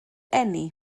eni